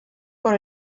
por